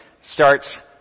Starts